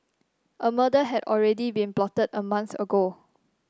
a murder had already been plotted a month ago